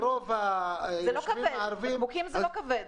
בקבוקים זה לא כבד.